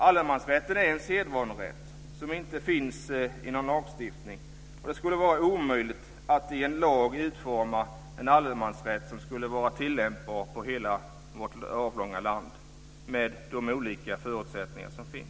Allemansrätten är en sedvanerätt som inte finns i någon lagstiftning. Det skulle vara omöjligt att i en lag utforma en allemansrätt som skulle vara tillämpbar i hela vårt avlånga land med de olika förutsättningar som finns.